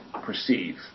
perceive